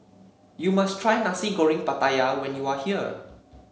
you must try Nasi Goreng Pattaya when you are here